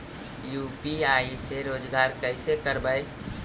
UPI से रोजगार कैसे करबय?